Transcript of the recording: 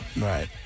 Right